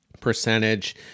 percentage